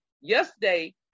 yesterday